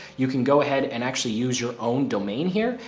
you can go ahead and actually use your own domain here.